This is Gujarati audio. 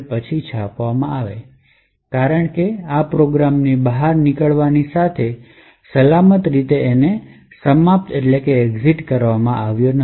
પછી છાપવામાં આવે છે અને કારણ કે પ્રોગ્રામ ની બહાર નીકળવાની સાથે સલામત રીતે સમાપ્ત કરવામાં આવ્યો ન હતો